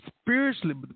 spiritually